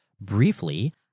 briefly